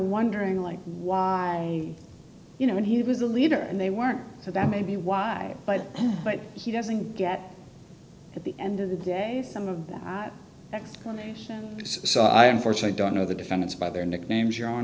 wondering like why you know when he was a leader and they weren't so that may be why but but he doesn't get at the end of the day some of them act so i am fortunate i don't know the defendants by their nicknames your hon